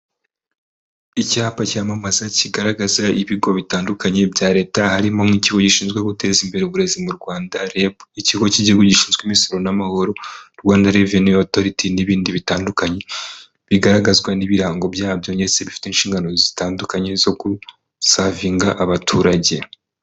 Icyapa cyamamaza kigaragaza ibigo bitandukanye bya leta, harimo nk'ikigo gishinzwe guteza imbere uburezi mu Rwanda REB, ikigo cy'igihugu gishinzwe imisoro n'amahoro Rwanda reveni otoriti n'ibindi bitandukanye bigaragazwa n'ibirango byabyo ndetse bifite inshingano zitandukanye zo gusavinga abaturage.